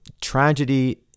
Tragedy